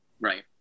Right